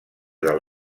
del